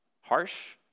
Harsh